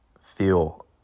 feel